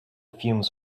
fumes